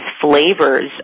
flavors